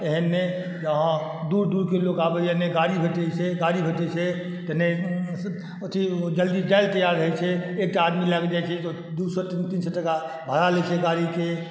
एहन ने जे हँ दूर दूरके लोक आबैए नहि गाड़ी भेटै छै गाड़ी भेटै छै तऽ नहि ओथी जलदी जाइ लए तैयार रहै छै एक टा आदमी लऽके जाइ छै दू सए तीन सए टका भाड़ा लै छै गाड़ीके